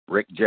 Rick